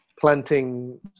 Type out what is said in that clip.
planting